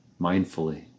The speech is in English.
mindfully